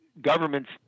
governments